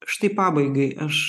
štai pabaigai aš